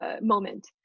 moment